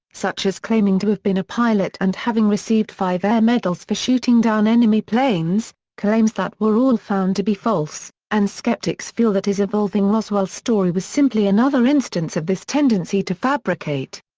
such as claiming to have been a pilot and having received five air medals for shooting down enemy planes, claims that were all found to be false, and skeptics feel that his evolving roswell story was simply another instance of this tendency to fabricate.